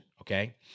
okay